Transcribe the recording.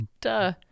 Duh